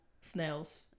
snails